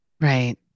Right